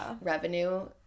revenue